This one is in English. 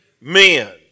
men